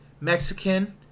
Mexican